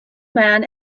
man